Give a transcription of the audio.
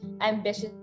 ambitious